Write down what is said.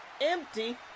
empty